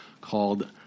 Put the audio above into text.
called